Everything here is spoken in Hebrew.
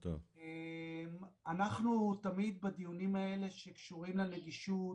אנחנו תמיד בדיונים האלה, שקשורים לנגישות,